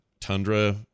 Tundra